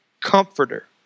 comforter